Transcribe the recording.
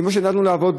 כמו שידענו לפעול,